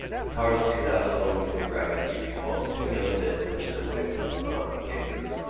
the car steered out slowly for grafton street while the two young men pushed their way through the knot of gazers.